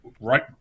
right